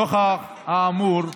נוכח האמור,